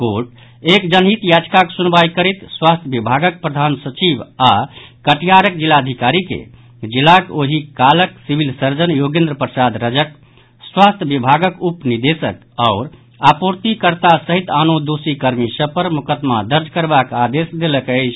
court एक जनहित याचिकाक सुनवाई करैत स्वास्थ्य विभागक प्रधान सचिव आओर कटिहारक जिलाधिकारी के जिलाक ओहिकालक सिविल सर्जन योगेन्द्र प्रसाद रजक स्वास्थ्य विभागक उप निदेशक आओर आपूर्तिकर्ता सहित आनो दोषी कर्मी सभ पर मोकदमा दर्ज करबाक आदेश देलक अछि